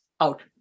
out